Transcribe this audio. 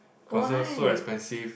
concert so expensive